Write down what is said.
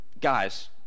Guys